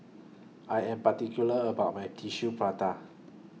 I Am particular about My Tissue Prata